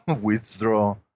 withdraw